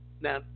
Now